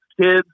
kids